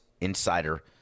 insider